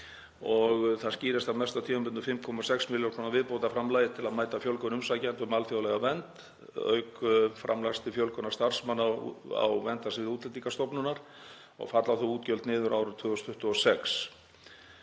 Það skýrist að mestu af tímabundnu 5,6 millj. kr. viðbótarframlagi til að mæta fjölgun umsækjenda um alþjóðlega vernd, auk framlags til fjölgunar starfsmanna á verndarsviði Útlendingastofnunar og falla þau útgjöld niður árið 2026.